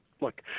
look